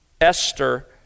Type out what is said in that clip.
Esther